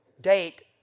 date